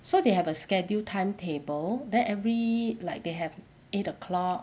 so they have a schedule timetable then every like they have eight o'clock